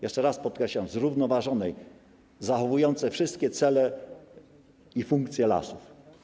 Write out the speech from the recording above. Jeszcze raz podkreślam: zrównoważonej, z zachowaniem wszystkich celów i funkcji lasów.